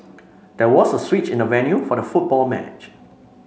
there was a switch in the venue for the football match